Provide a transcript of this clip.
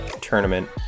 tournament